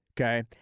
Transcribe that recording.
okay